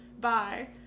Bye